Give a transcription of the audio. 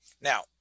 Now